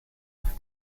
auf